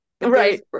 Right